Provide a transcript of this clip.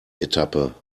etappe